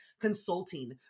consulting